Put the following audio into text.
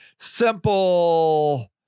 simple